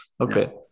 Okay